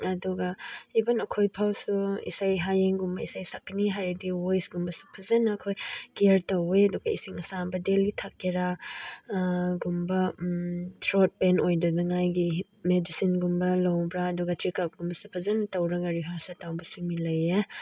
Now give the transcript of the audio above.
ꯑꯗꯨꯒ ꯏꯚꯟ ꯑꯩꯈꯣꯏ ꯐꯥꯎꯁꯨ ꯏꯁꯩ ꯍꯌꯦꯡꯒꯨꯝꯕ ꯏꯁꯩ ꯁꯛꯀꯅꯤ ꯍꯥꯏꯔꯗꯤ ꯚꯣꯏꯁꯀꯨꯝꯕꯁꯨ ꯐꯖꯅ ꯑꯩꯈꯣꯏ ꯀꯦꯌꯔ ꯇꯧꯏ ꯑꯗꯨꯒ ꯏꯁꯤꯡ ꯑꯁꯥꯕ ꯗꯦꯜꯂꯤ ꯊꯛꯀꯦꯔꯥ ꯒꯨꯝꯕ ꯊ꯭ꯔꯣꯠ ꯄꯦꯟ ꯑꯣꯏꯗꯅꯉꯥꯏꯒꯤ ꯃꯦꯗꯤꯁꯤꯟꯒꯨꯝꯕ ꯂꯧꯕ꯭ꯔꯥ ꯑꯗꯨꯒ ꯆꯦꯛ ꯀꯞꯀꯨꯝꯕꯁꯨ ꯐꯖꯅ ꯇꯧꯔꯒ ꯔꯤꯍꯥꯔꯁꯦꯜ ꯇꯧꯕꯁꯨ ꯃꯤ ꯂꯩꯌꯦ